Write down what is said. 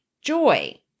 joy